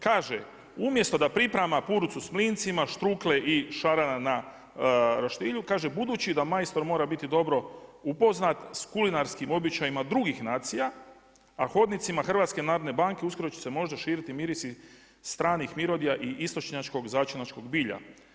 Kaže umjesto da priprema puricu sa mlincima, štrukle i šarana na roštilju budući da majstor mora biti dobro upoznat sa kulinarskim običajima drugih nacija, a hodnicima HNB uskoro će se možda širiti mirisi stranih mirodija i istočnjačkog začinskog bilja.